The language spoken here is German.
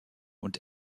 und